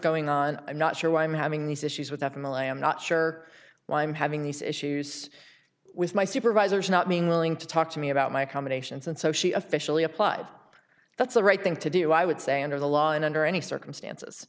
going on i'm not sure why i'm having these issues with half a mil i am not sure why i'm having these issues with my supervisors not being willing to talk to me about my accommodations and so she officially applied that's the right thing to do i would say under the law and under any circumstances